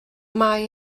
mae